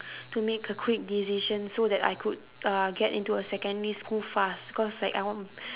to make a quick decision so that I could uh get into a secondary school fast because like I want